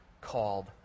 called